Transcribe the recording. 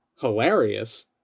hilarious